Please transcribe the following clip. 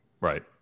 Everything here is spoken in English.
Right